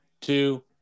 two